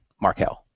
Markel